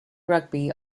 rugby